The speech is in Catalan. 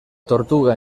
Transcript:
tortuga